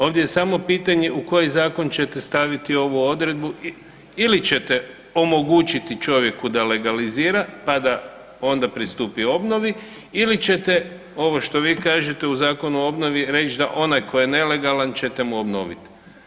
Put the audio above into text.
Ovdje je samo pitanje u koji zakon ćete staviti ovu odredbu ili ćete omogućiti čovjeku da legalizira pa da onda pristupi obnovi ili ćete ovo što vi kažete u Zakonu o obnovi reći da onaj koji je nelegalan ćete mu obnoviti.